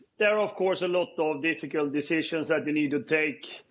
there are of course a lot of difficult decisions that you need to take